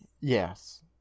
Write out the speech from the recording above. Yes